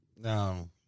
No